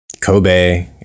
Kobe